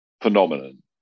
phenomenon